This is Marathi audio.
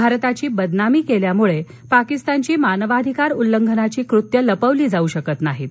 भारताची बदनामी केल्यामुळे पाकिस्तानची मानवाधिकार उल्लंघनाची कृत्ये लपवली जाऊ शकत नाहीत